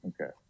Okay